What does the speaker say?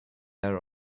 air